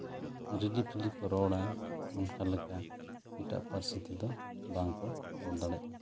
ᱨᱤᱞᱤᱯᱷᱤᱞᱤ ᱠᱚ ᱨᱚᱲᱟ ᱚᱱᱠᱟ ᱞᱮᱠᱟ ᱮᱴᱟᱜ ᱯᱟᱹᱨᱥᱤ ᱛᱮᱫᱚ ᱵᱟᱝ ᱠᱚ ᱨᱚᱲ ᱫᱟᱲᱮᱭᱟᱜᱼᱟ